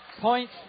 points